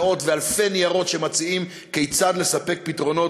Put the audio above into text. מאות ואלפי ניירות שמציעים כיצד לספק פתרונות